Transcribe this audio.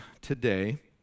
today